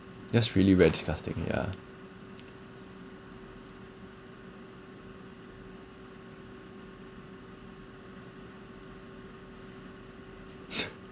that's really very disgusting ya